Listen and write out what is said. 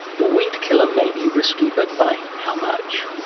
the weedkiller may be risky, but by how much?